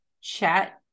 Chat